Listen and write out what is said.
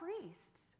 priests